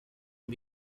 you